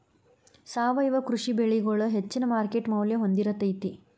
ಸಾವಯವ ಕೃಷಿ ಬೆಳಿಗೊಳ ಹೆಚ್ಚಿನ ಮಾರ್ಕೇಟ್ ಮೌಲ್ಯ ಹೊಂದಿರತೈತಿ